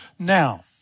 Now